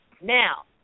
now